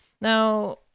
Now